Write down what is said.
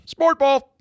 Sportball